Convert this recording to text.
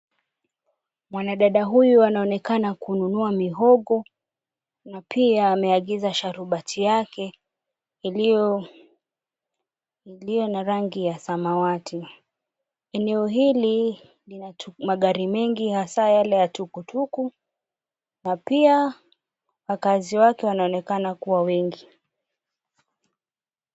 Mwanadada huyu anaonekana kununua mihogo na pia ameagiza sharubati yake iliyo na rangi ya samawati. Eneo hili lina magari mengi hasa yale ya tukutuku na pia wakaazi wake wanaonekana kuwa wengi.